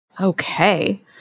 Okay